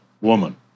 woman